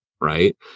Right